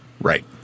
Right